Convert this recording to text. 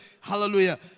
Hallelujah